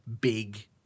big